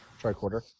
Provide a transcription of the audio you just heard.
tricorder